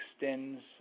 extends